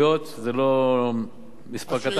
זה לא מספר קטן של נתונים,